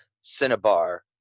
Cinnabar